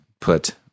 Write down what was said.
put